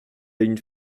une